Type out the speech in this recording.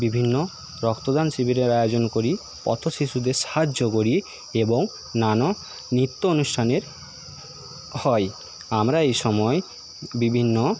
বিভিন্ন রক্তদান শিবিরের আয়োজন করি পথ শিশুদের সাহায্য করি এবং নানা নিত্য অনুষ্ঠান হয় আমরা এ সময়ে বিভিন্ন